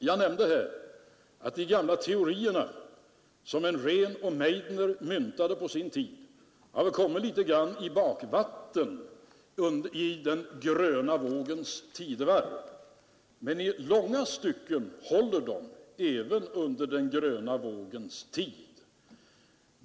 Jag nämnde att de gamla teorier som Rehn och Meidner på sin tid myntade hade kommit litet i bakvatten i den gröna vågens tidevarv, men i långa stycken håller de även under gröna vågens tid.